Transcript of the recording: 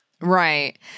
Right